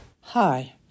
Hi